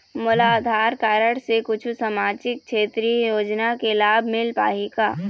मोला आधार कारड से कुछू सामाजिक क्षेत्रीय योजना के लाभ मिल पाही का?